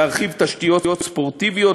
להרחיב תשתיות ספורטיביות,